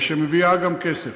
שמביאה גם כסף.